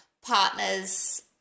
partner's